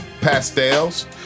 Pastels